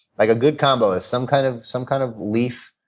like a good combo is some kind of some kind of leaf